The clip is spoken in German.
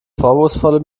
vorwurfsvolle